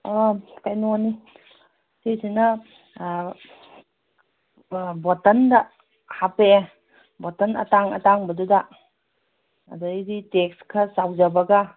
ꯑꯣ ꯀꯩꯅꯣꯅꯤ ꯁꯤꯁꯤꯅ ꯕꯣꯇꯟꯗ ꯍꯥꯞꯄꯛꯑꯦ ꯕꯣꯇꯟ ꯑꯇꯥꯡ ꯑꯇꯥꯡꯕꯗꯨꯗ ꯑꯗꯩꯗꯤ ꯇꯦꯛꯁ ꯈꯔ ꯆꯥꯎꯖꯕꯒ